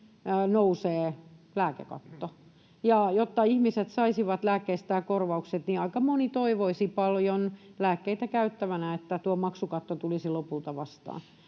nousee lääkekatto, ja jotta ihmiset saisivat lääkkeistään korvaukset, niin aika moni toivoisi paljon lääkkeitä käyttävänä, että tuo maksukatto tulisi lopulta vastaan.